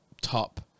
top